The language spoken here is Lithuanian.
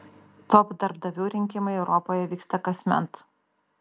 top darbdavių rinkimai europoje vyksta kasmet